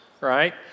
right